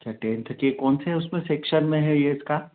अच्छा टेन्थ के कौन से उसमें सेक्शन में है ये इसका